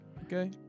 okay